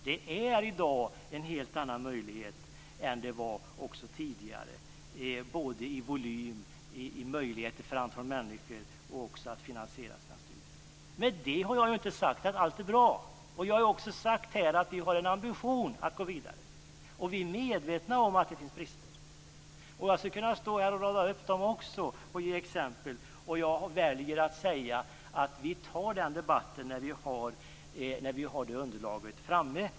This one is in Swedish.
Det är i dag helt andra möjligheter än vad det var tidigare, både i volym, i möjligheter för antal människor och när det gäller att finansiera sina studier. Med det har jag inte sagt att allt är bra. Jag har också sagt att vi har en ambition att gå vidare. Vi är medvetna om att det finns brister. Jag skulle kunna stå här och rada upp dem också och ge exempel. Jag väljer att säga att vi tar den debatten när vi har det underlaget framme.